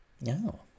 No